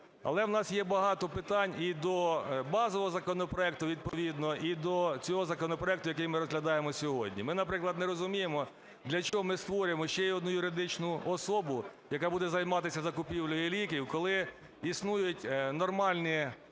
Але у нас є багато питань і до базового законопроекту відповідно, і до цього законопроекту, який ми розглядаємо сьогодні. Ми, наприклад, не розуміємо для чого ми створюємо ще одну юридичну особу, яка буде займатися закупівлею ліків, коли існують нормальні